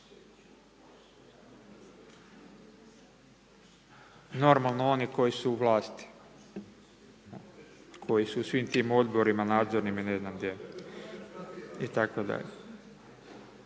Normalno, oni koji su u vlasti, koji su u svim tim odborima, nadzornim i ne znam gdje i tako dalje.